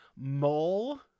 Mole